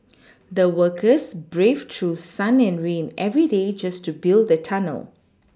the workers braved through sun and rain every day just to build the tunnel